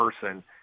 person